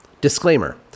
Disclaimer